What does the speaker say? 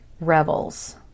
Revels